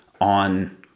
on